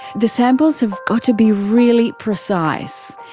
the samples have got to be really precise.